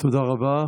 תודה רבה.